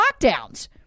lockdowns